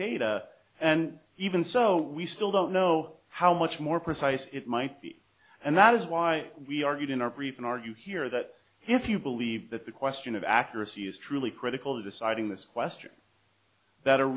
data and even so we still don't know how much more precise it might be and that is why we are getting our briefing argue here that if you believe that the question of accuracy is truly critical to deciding this question that